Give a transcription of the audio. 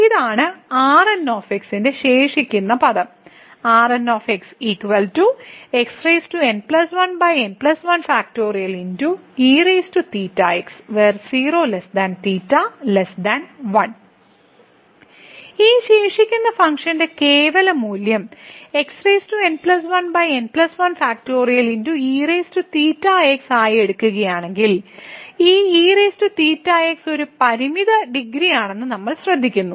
ഇതാണ് Rn ശേഷിക്കുന്ന പദം ഈ ശേഷിക്കുന്ന ഫങ്ക്ഷന്റെ കേവല മൂല്യം ആയി എടുക്കുകയാണെങ്കിൽ ഈ ഒരു പരിമിത ഡിഗ്രിയാണെന്ന് നമ്മൾ ശ്രദ്ധിക്കുന്നു